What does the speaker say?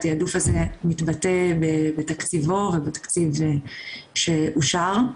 התיעדוף הזה מתבטא בתקציבו ובתקציב שאושר.